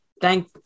thank